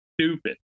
stupid